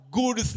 good